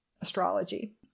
astrology